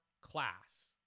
class